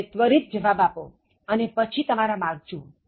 તમે ત્વરિત જવાબ આપો અને પછી તમારા માર્ક જુઓ